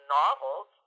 novels